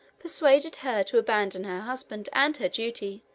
persuaded her to abandon her husband and her duty,